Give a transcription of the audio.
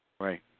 right